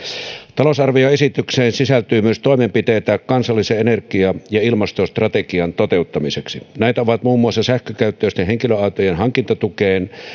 talousarvioesitykseen sisältyy myös toimenpiteitä kansallisen energia ja ilmastostrategian toteuttamiseksi näitä ovat muun muassa sähkökäyttöisten henkilöautojen hankintatukeen